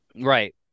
Right